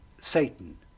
Satan